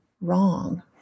wrong